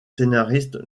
scénariste